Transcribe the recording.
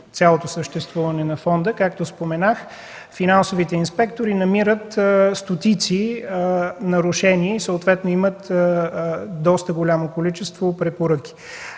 цялото съществуване на фонда, както споменах, финансовите инспектори намират стотици нарушения и съответно имат доста голямо количество препоръки.